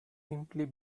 simply